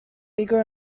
bigger